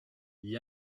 gli